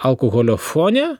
alkoholio fone